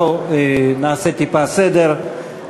בוא נעשה טיפה סדר.